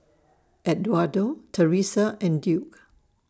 Edwardo Teressa and Duke